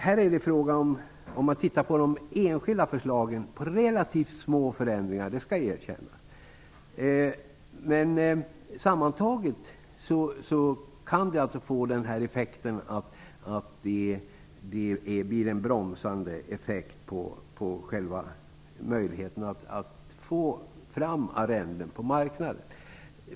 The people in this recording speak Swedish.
Det skall erkännas att det är fråga om relativt små förändringar, men sammantaget kan de få en bromsande effekt på möjligheterna att få fram arrenden på marknaden.